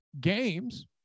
games